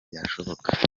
byashoboka